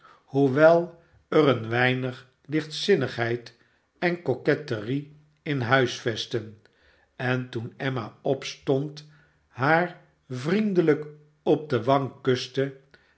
hoewel er een weinig lichtzinnigheid en coquetterie in huisvestten en toen emmaopstond haar vriendelijk op de wang kuste